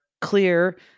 clear